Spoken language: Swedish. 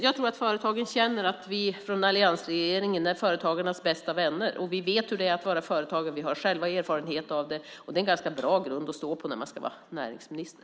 Jag tror att företagarna känner att vi från alliansregeringen är företagarnas bästa vänner och att vi vet hur det är att vara företagare. Vi har själva erfarenhet av det. Det är en ganska bra grund att stå på när man ska vara näringsminister.